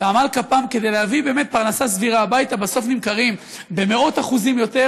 בעמל כפיים כדי להביא פרנסה סבירה הביתה בסוף נמכרים במאות אחוזים יותר,